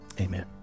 Amen